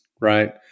Right